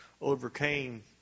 overcame